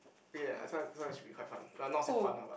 ya this one this one should be quite fun but not say fun lah but